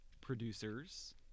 producers